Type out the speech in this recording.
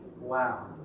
Wow